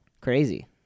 Crazy